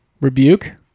rebuke